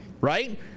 right